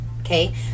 okay